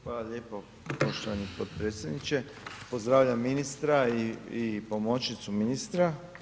Hvala lijepo poštovani potpredsjedniče, pozdravljam ministra i pomoćnicu ministra.